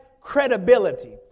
credibility